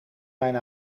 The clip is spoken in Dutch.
mijn